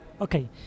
Okay